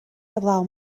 heblaw